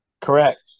Correct